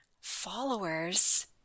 Followers